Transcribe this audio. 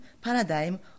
paradigm